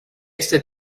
este